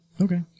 Okay